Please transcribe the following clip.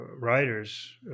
writers